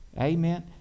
Amen